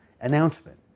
announcement